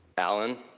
alan,